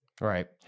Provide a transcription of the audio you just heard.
Right